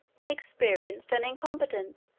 inexperienced and incompetent,